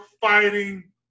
fighting